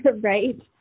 Right